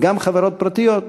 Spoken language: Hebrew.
וגם חברות פרטיות,